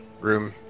room